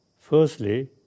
firstly